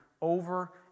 over